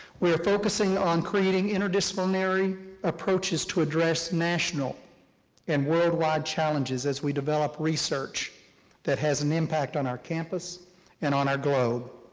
we are focusing on creating interdisciplinary approaches to address national and worldwide challenges as we develop research that has an impact on our campus and on our globe.